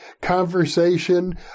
conversation